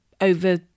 over